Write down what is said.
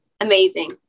amazing